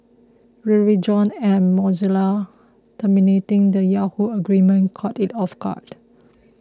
Verizon and Mozilla terminating the Yahoo agreement caught it off guard